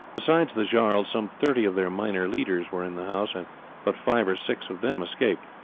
besides the jarls some thirty of their minor leaders were in the house, and but five or six of them escaped.